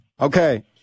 Okay